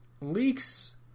leaks